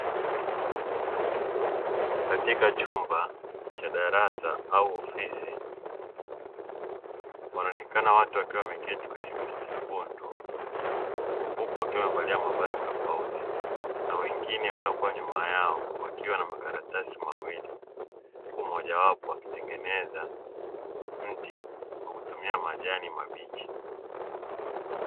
Katika chumba cha darasa au ofisi wanaonekana watu wakiwa wameketi kwenye viti vyekundu, huku wakiwa wamevalia mavazi tofauti na wengine waliokuwa nyuma yao wakiwa na makaratasi mawili, huku mmojawapo akitengeneza mti kwa kutumia majani mabichi.